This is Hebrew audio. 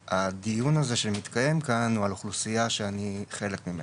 הדיון הזה שמתקיים כאן הוא על אוכלוסיה שאני חלק ממנה.